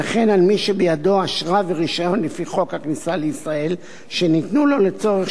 וכן על מי שבידו אשרה ורשיון לפי חוק הכניסה לישראל שניתנו לו לצורך